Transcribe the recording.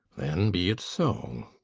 then be it so!